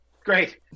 great